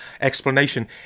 explanation